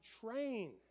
train